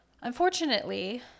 unfortunately